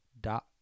dot